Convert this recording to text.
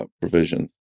provisions